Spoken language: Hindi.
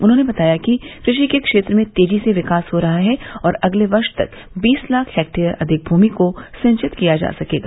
उन्होंने बताया कि कृषि के क्षेत्र में तेजी से विकास हो रहा है और अगले वर्ष तक बीस लाख हेक्टेयर अधिक भूमि को सिंचित किया जा सकेगा